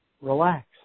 Relax